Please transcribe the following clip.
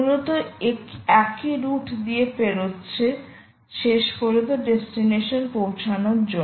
মূলত একি রুট দিয়ে পেরোচ্ছে শেষ পর্যন্ত দেস্টিনেশন পৌঁছানোর জন্য